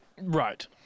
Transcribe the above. right